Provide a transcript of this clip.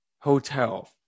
hotel